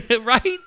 right